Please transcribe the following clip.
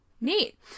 neat